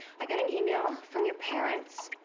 i got an email from your parents.